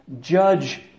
judge